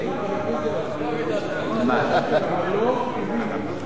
את זה אני לא מכיר.